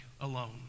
alone